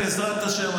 בעזרת השם,